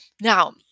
Now